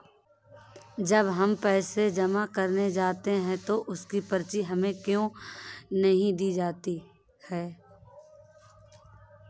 जब हम पैसे जमा करने जाते हैं तो उसकी पर्ची हमें क्यो नहीं दी जाती है?